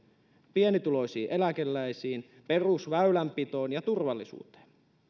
pienituloisiin eläkeläisiin perusväylänpitoon ja turvallisuuteen